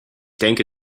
denke